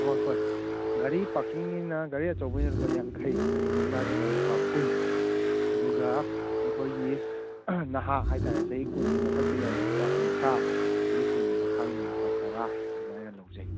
ꯍꯣꯏ ꯍꯣꯏ ꯒꯥꯔꯤ ꯄꯥꯔꯀꯤꯡꯒꯤꯅ ꯒꯥꯔꯤ ꯑꯆꯧꯕꯒꯤꯅ ꯂꯨꯄꯥ ꯌꯥꯡꯈꯩ ꯒꯥꯔꯤ ꯃꯆꯥꯒꯤꯅ ꯂꯨꯄꯥ ꯀꯨꯟ ꯑꯗꯨꯒ ꯑꯩꯈꯣꯏꯒꯤ ꯅꯍꯥ ꯍꯥꯏꯇꯥꯔꯦ ꯆꯍꯤ ꯀꯨꯟꯒꯤ ꯃꯊꯛꯀꯤꯅ ꯂꯨꯄꯥ ꯀꯨꯟꯊ꯭ꯔꯥ ꯆꯍꯤ ꯀꯨꯟꯒꯤ ꯃꯈꯥꯒꯤꯅ ꯂꯨꯄꯥ ꯇꯔꯥ ꯑꯗꯨꯃꯥꯏꯅ ꯂꯧꯖꯩ